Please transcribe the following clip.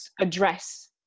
address